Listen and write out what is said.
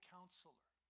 Counselor